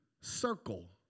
circle